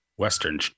Western